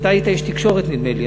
אתה היית איש תקשורת, נדמה לי.